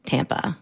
Tampa